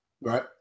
Right